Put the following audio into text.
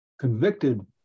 Convicted